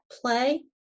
play